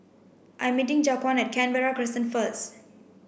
I'm meeting Jaquan at Canberra Crescent first